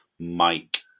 Mike